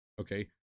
Okay